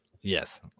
Yes